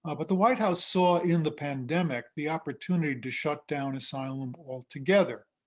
ah but the white house saw in the pandemic the opportunity to shut down asylum altogether.